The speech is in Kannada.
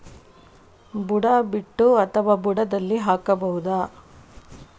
ಬುಡ ಬಿಟ್ಟು ಅಥವಾ ಬುಡದಲ್ಲಿ ಹಾಕಬಹುದಾ?